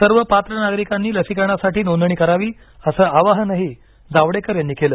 सर्व पात्र नागरिकांनी लसीकरणासाठी नोंदणी करावी असं आवाहनही जावडेकर यांनी केलं